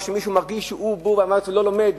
או שמישהו מרגיש שהוא בור ועם הארץ ולא לומד?